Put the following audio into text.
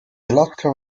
alaska